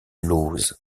lauzes